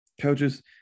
Coaches